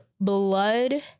blood